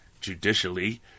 judicially